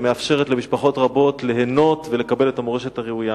ומאפשרת למשפחות רבות ליהנות ולקבל את המורשת הראויה.